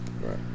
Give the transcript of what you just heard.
Right